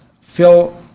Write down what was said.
Phil